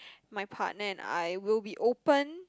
my partner and I will be open